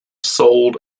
sold